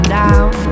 down